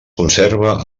conserva